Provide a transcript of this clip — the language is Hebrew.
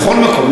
בכל מקום,